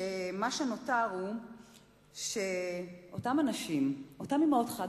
שמה שנותר הוא שאותם אנשים, אותן אמהות חד-הוריות,